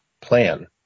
plan